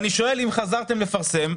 אני שואל אם חזרתם לפרסם.